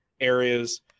areas